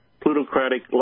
plutocratic